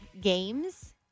games